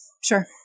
sure